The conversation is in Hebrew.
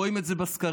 רואים את זה בסקרים.